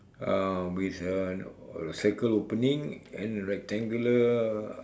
uh with a a circle opening and rectangular